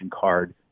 card